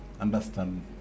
understand